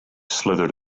slithered